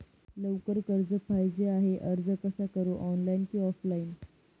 लवकर कर्ज पाहिजे आहे अर्ज कसा करु ऑनलाइन कि ऑफलाइन?